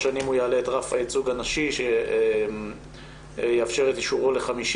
שנים הוא יעלה את רף הייצוג הנשי שיאפשר את אישורו ל-50%.